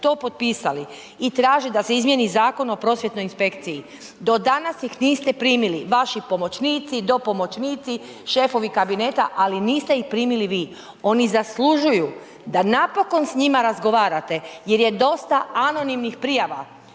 to popisali i traže da se izmijeni Zakon o prosvjetnoj inspekciji. Do danas ih niste primili, vaši pomoćnici, dopomoćnici, šefovi kabineta ali niste ih primili vi. Oni zaslužuju da napokon s njima razgovarate jer je dosta anonimnih prijava.